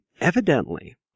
evidently